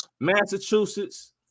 massachusetts